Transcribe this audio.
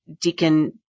Deacon